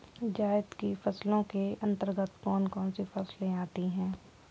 जायद की फसलों के अंतर्गत कौन कौन सी फसलें आती हैं?